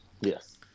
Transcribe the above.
Yes